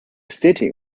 city